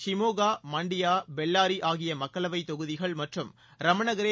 சிமோகா மாண்டியா பெல்லாரி ஆகிய மக்களவைத் தொகுதிகள் மற்றம் ரமணகரே